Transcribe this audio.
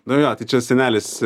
nu jo tai čia senelis